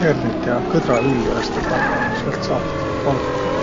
hernit ja kõdraviljo häste pall'o. Säält saat valkõ.